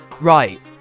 Right